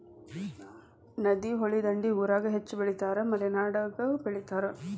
ನದಿ, ಹೊಳಿ ದಂಡಿ ಊರಾಗ ಹೆಚ್ಚ ಬೆಳಿತಾರ ಮಲೆನಾಡಾಗು ಬೆಳಿತಾರ